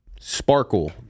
sparkle